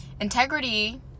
Integrity